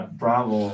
bravo